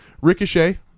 Ricochet